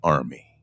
Army